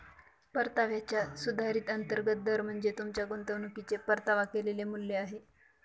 परताव्याचा सुधारित अंतर्गत दर म्हणजे तुमच्या गुंतवणुकीचे परतावा केलेले मूल्य आहे